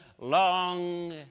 long